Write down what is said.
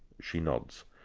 she nods.